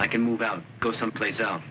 i can move out go someplace else